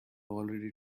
already